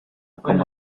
como